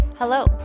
Hello